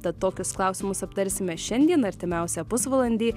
tad tokius klausimus aptarsime šiandien artimiausią pusvalandį